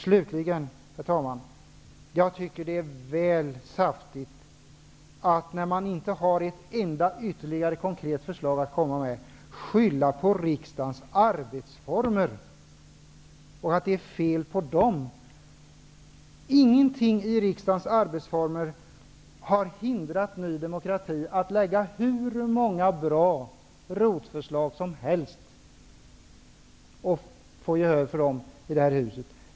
Slutligen tycker jag att det är väl saftigt att skylla på att det är fel på riksdagens arbetsformer, när man inte har ett enda ytterligare förslag att komma med. Det finns ingenting i riksdagens arbetsformer som har hindrat Ny demokrati från att lägga fram hur många bra ROT förslag som helst och få gehör för dem.